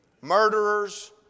murderers